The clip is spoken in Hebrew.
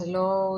מכשירי הנשמה,